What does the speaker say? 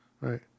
Right